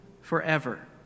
forever